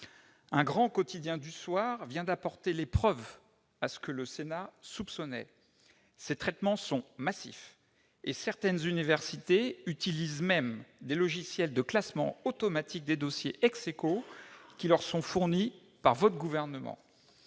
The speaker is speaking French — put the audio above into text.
Un grand quotidien du soir vient d'apporter les preuves de ce que le Sénat soupçonnait : ces traitements sont massifs et certaines universités utilisent même des logiciels de classement automatique des dossiers qui leur sont fournis par votre gouvernement.